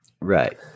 Right